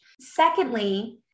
Secondly